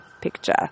picture